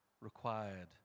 required